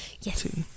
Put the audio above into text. yes